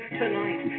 tonight